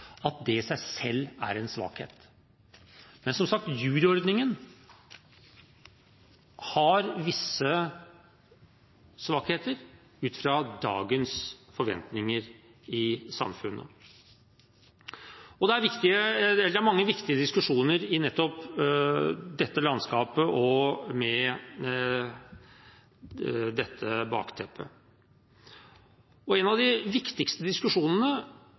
meddomsrett, i seg selv er en svakhet. Men som sagt har juryordningen visse svakheter utfra dagens forventninger i samfunnet. Det er mange viktige diskusjoner nettopp i dette landskapet og med dette som bakteppe. En av de viktigste diskusjonene